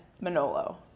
Manolo